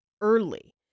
early